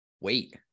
wait